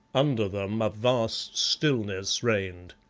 under them a vast stillness reigned.